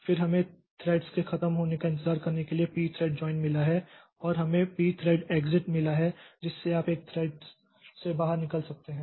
फिर हमें थ्रेड्स के खत्म होने का इंतज़ार करने के लिए pthread join मिला है और हमें pthread exit मिल गया है जिससे आप एक थ्रेड से बाहर निकल सकते हैं